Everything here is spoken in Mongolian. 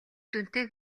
дүнтэй